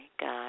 God